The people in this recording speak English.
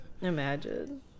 Imagine